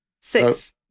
Six